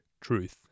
truth